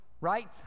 right